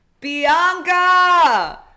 Bianca